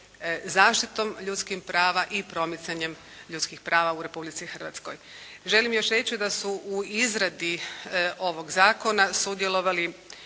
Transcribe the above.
zaštitom ljudskih prava i promicanjem ljudskih prava u Republici Hrvatskoj. Želim još reći da su u izradi ovog zakona sudjelovali